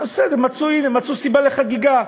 אז בסדר, מצאו סיבה לחגיגה.